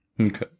Okay